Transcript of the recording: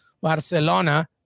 Barcelona